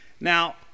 Now